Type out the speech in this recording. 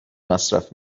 مصرف